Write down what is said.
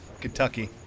Kentucky